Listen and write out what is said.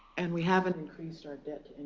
and we haven't increased our debt